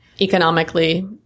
economically